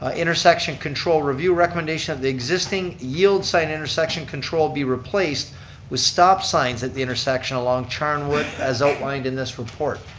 ah intersection control review recommendation of the existing yield sign intersection control be replaced with stop signs at the intersection along charnwood as outlined in this report.